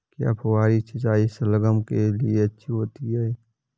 क्या फुहारी सिंचाई शलगम के लिए अच्छी होती है?